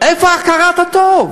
איפה הכרת הטוב?